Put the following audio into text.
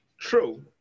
True